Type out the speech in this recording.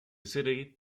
city